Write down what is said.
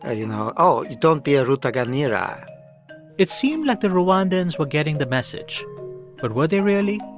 ah you know, oh, don't be a rutaganira it seemed like the rwandans were getting the message. but were they really?